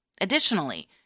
Additionally